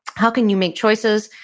how can you make choices,